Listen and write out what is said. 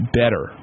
better